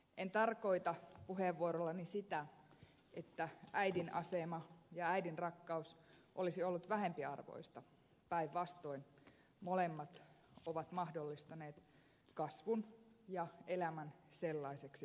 en tarkoita puheenvuorollani sitä että äidin asema ja äidinrakkaus olisi ollut vähempiarvoista päinvastoin molemmat ovat mahdollistaneet kasvun sellaiseksi kuin olen